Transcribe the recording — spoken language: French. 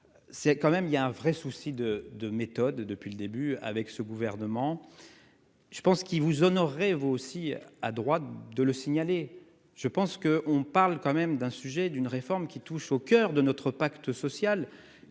il y a un vrai souci de de méthode depuis le début avec ce gouvernement. Je pense qu'il vous honorez-vous aussi à droite de le signaler. Je pense que on parle quand même d'un sujet d'une réforme qui touche au coeur de notre pacte social